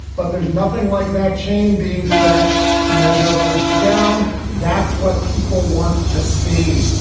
but there's nothing like that chain being stretched to measure a first down. that's what people want to see.